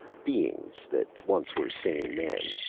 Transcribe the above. beings that once were sane men.